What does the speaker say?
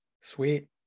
Sweet